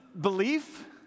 belief